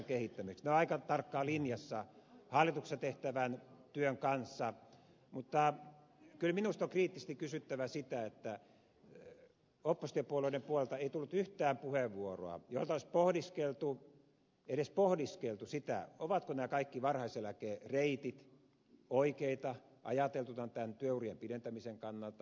ne ovat aika tarkkaan linjassa hallituksessa tehtävän työn kanssa mutta kyllä minusta on kriittisesti kysyttävä sitä että oppositiopuolueiden puolelta ei tullut yhtään puheenvuoroa jossa olisi pohdiskeltu edes pohdiskeltu sitä ovatko nämä kaikki varhaiseläkereitit oikeita ajateltuna työurien pidentämisen kannalta